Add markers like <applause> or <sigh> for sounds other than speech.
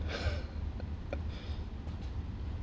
<laughs>